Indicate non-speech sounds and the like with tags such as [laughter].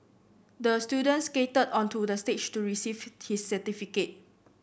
the student skated onto the stage to receive [unintelligible] his certificate